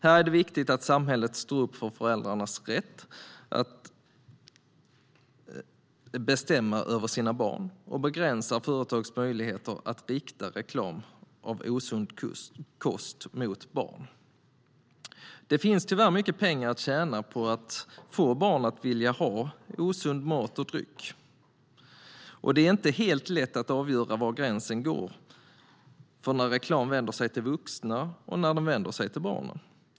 Här är det viktigt att samhället står upp för föräldrarnas rätt att bestämma över sina barn och begränsar företags möjligheter att rikta reklam om osund kost mot barn. Det finns tyvärr mycket pengar att tjäna på att få barn att vilja ha osund mat och dryck, och det är inte helt lätt att avgöra var gränsen går för när reklam vänder sig till vuxna och när den vänder sig till barn.